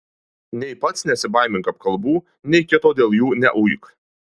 nei pats nesibaimink apkalbų nei kito dėl jų neuik